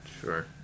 Sure